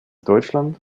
deutschland